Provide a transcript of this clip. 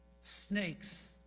Snakes